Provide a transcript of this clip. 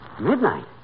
Midnight